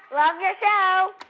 love your show